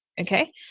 okay